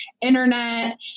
Internet